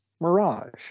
Mirage